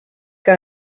que